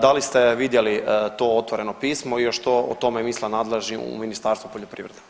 Da li ste vidjeli to otvoreno pismo i što o tome misle nadležni u Ministarstvu poljoprivrede?